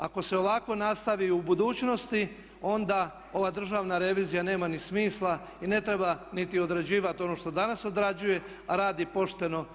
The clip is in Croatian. Ako se ovako nastavi i u budućnosti onda ova Državna revizija nema ni smisla i ne treba niti odrađivati ono što danas odrađuje, a radi pošteno i korektno.